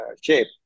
shape